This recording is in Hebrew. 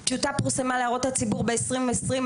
טיוטה פורסמה להערות הציבור ב-2020,